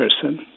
person